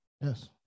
Yes